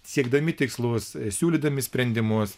siekdami tikslus siūlydami sprendimus